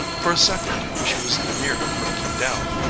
for a second she was near breaking down,